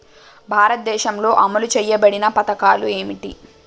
భారతదేశంలో అమలు చేయబడిన పథకాలు ఏమిటి?